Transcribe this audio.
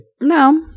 No